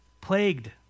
plagued